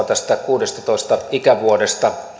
tästä kuudentoista ikävuoden